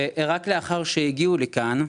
ורק לאחר שהגיעו לכאן,